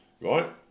right